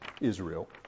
Israel